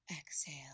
Exhale